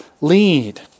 lead